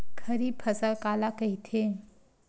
खरीफ फसल काला कहिथे?